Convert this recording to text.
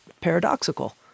paradoxical